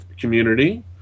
community